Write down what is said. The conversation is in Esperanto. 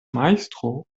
majstro